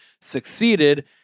succeeded